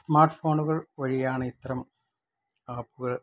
smart ഫോണുകള് വഴിയാണ് ഇത്രയും ആപ്പുകൾ